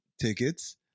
tickets